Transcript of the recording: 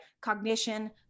Cognition